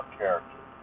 character